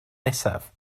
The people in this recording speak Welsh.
nesaf